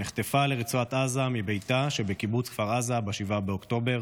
שנחטפה לרצועת עזה מביתה שבקיבוץ כפר עזה ב-7 באוקטובר